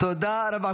תודה רבה.